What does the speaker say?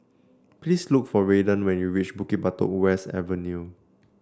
please look for Raiden when you reach Bukit Batok West Avenue